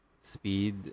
speed